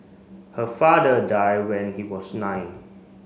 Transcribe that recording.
her father die when he was nine